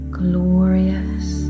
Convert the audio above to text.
glorious